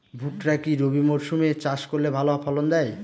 ভুট্টা কি রবি মরসুম এ চাষ করলে ভালো ফলন দেয়?